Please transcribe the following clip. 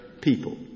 people